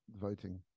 voting